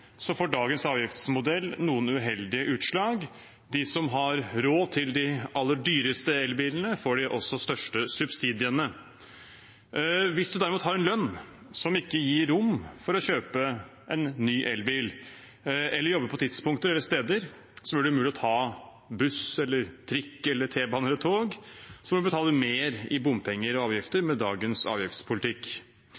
får dagens avgiftsmodell noen uheldige utslag. De som har råd til de aller dyreste elbilene, får også de største subsidiene. Hvis du derimot har en lønn som ikke gir rom for å kjøpe en ny elbil, eller jobber på tidspunkter eller steder som gjør det umulig å ta buss eller trikk, T-bane eller tog, må du betale mer i bompenger og avgifter